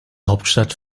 hauptstadt